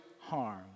harm